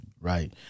right